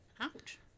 Ouch